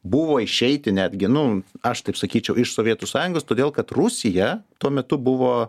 buvo išeiti netgi nu aš taip sakyčiau iš sovietų sąjungos todėl kad rusija tuo metu buvo